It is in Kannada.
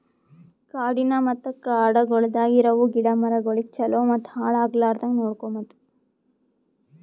ಕಾಡಿನ ಮತ್ತ ಕಾಡಗೊಳ್ದಾಗ್ ಇರವು ಗಿಡ ಮರಗೊಳಿಗ್ ಛಲೋ ಮತ್ತ ಹಾಳ ಆಗ್ಲಾರ್ದಂಗ್ ನೋಡ್ಕೋಮದ್